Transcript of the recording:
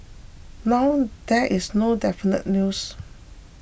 now there is no definite news